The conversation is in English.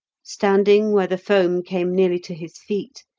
standing where the foam came nearly to his feet,